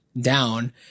down